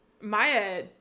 Maya